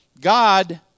God